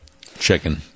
Chicken